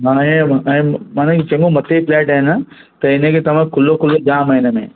हाणे हे माना चङों मथे फ्लैट आहे न त हिन करे तव्हां खुलो खुलो जाम आहे हिन में